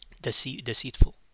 deceitful